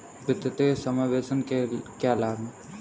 वित्तीय समावेशन के क्या लाभ हैं?